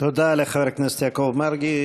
תודה לחבר הכנסת יעקב מרגי,